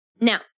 Now